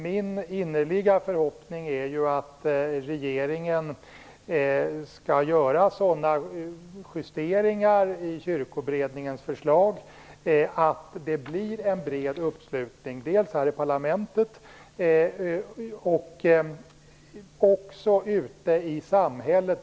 Min innerliga förhoppning är ju att regeringen skall göra sådana justeringar i Kyrkoberedningens förslag att det blir en bred uppslutning, dels här i parlamentet, dels ute i samhället.